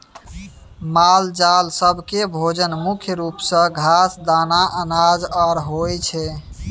मालजाल सब केँ भोजन मुख्य रूप सँ घास, दाना, अनाज आर होइ छै